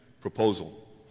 proposal